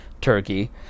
Turkey